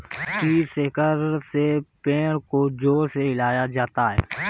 tree shaker से पेड़ को जोर से हिलाया जाता है